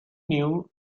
new